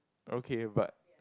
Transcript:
okay but